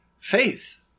faith